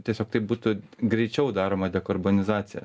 tiesiog taip būtų greičiau daroma dekarbonizacija